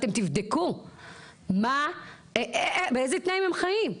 ואתם תבדקו באיזה תנאים הם חיים.